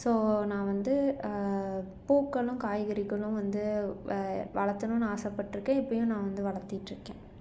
so நான் வந்து பூக்களும் காய்கறிகளும் வந்து வளத்தணும் ஆசை பட்டிருக்கேன் இப்பயும் நான் வந்து வளத்துக்கிட்டு இருக்கேன்